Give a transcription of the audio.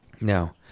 Now